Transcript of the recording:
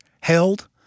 held